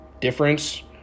difference